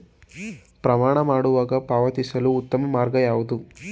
ಪ್ರಯಾಣ ಮಾಡುವಾಗ ಪಾವತಿಸಲು ಉತ್ತಮ ಮಾರ್ಗ ಯಾವುದು?